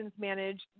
manage